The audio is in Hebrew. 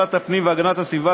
לוועדת הפנים והגנת הסביבה,